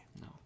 No